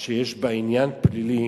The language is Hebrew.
מכיוון שאין תשובה עכשיו,